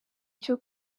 cyo